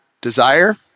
Desire